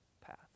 path